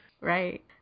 Right